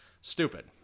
stupid